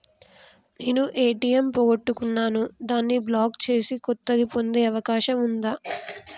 నేను ఏ.టి.ఎం పోగొట్టుకున్నాను దాన్ని బ్లాక్ చేసి కొత్తది పొందే అవకాశం ఉందా?